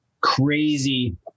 crazy